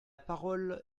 parole